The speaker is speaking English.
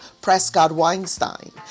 Prescott-Weinstein